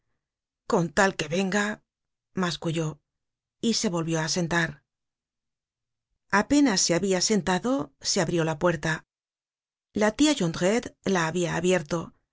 con tal que venga masculló y se volvió á sentar apenas se habia sentado se abrió la puerta la tia jondrette la habia abierto